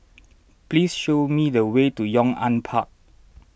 please show me the way to Yong An Park